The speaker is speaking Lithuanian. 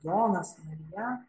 jonas marija